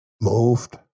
moved